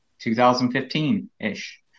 2015-ish